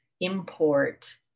import